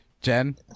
Jen